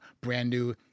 brand-new